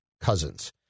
Cousins